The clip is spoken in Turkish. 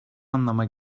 anlama